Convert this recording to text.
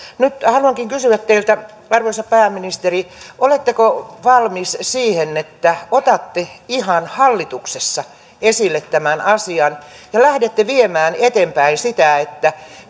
nyt haluankin kysyä teiltä arvoisa pääministeri oletteko valmis siihen että otatte ihan hallituksessa esille tämän asian ja lähdette viemään eteenpäin sitä niin että